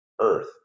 earth